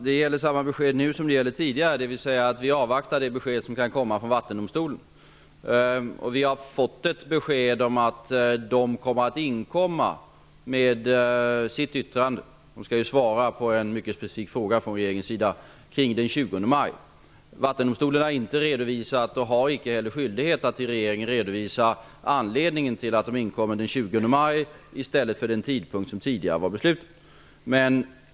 Herr talman! Samma besked gäller nu som tidigare, dvs. att vi avvaktar det besked som kommer från Vattendomstolen. Vi har fått ett besked om att domstolen inkommer med sitt yttrande -- den skall ju svara på en mycket specifik fråga från regeringen -- kring den 20 maj. Vattendomstolen har inte till regeringen redovisat, och har inte heller skyldighet att göra det, anledningen till att den inkommer med yttrandet den 20 maj i stället för den tidpunkt som tidigare beslutats.